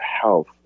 health